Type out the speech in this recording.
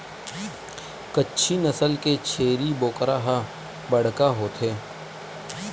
कच्छी नसल के छेरी बोकरा ह बड़का होथे